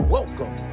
Welcome